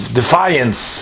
defiance